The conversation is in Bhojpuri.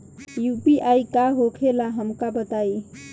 यू.पी.आई का होखेला हमका बताई?